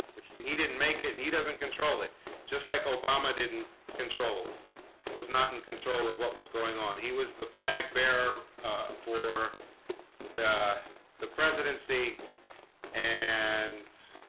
which he didn't make it. he doesn't control it just like obama didn't i was not in control of what was going on. he was the flag bearer for the the presidency and